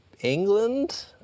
England